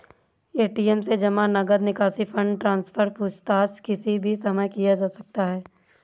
ATM से जमा, नकद निकासी, फण्ड ट्रान्सफर, पूछताछ किसी भी समय किया जा सकता है